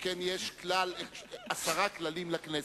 שכן יש עשרה כללים לכנסת.